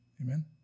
Amen